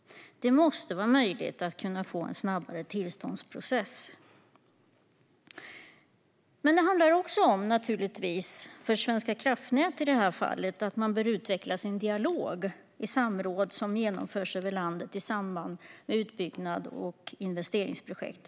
Det måste vara möjligt att få en snabbare tillståndsprocess. Det handlar naturligtvis också om att i det här fallet Svenska kraftnät bör utveckla sin dialog i de samråd som genomförs runt om i landet i samband med utbyggnad och investeringsprojekt.